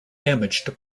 damaged